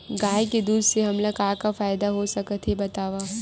गाय के दूध से हमला का का फ़ायदा हो सकत हे बतावव?